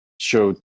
show